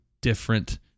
different